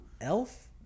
Elf